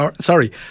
Sorry